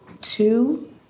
two